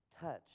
touch